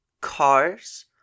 Cars